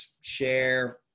share